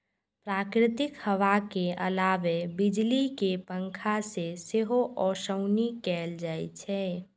प्राकृतिक हवा के अलावे बिजली के पंखा से सेहो ओसौनी कैल जाइ छै